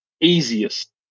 easiest